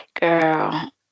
Girl